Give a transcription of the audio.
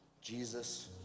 Jesus